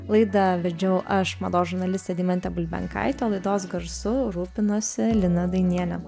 laidą vedžiau aš mados žurnalistė deimantė bulbenkaitė o laidos garsu rūpinosi lina dainienė